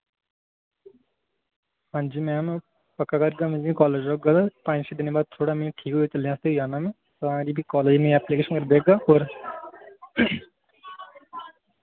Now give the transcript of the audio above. हांजी मैम पक्का करगा में जि'यां कालेज आगा ते पंज छे दिनें बाद थोह्ड़ा में ठीक होआ चलने आस्तै होई जन्ना में तां करी फ्ही कालेज एपलीकेशन बगैरा देगा और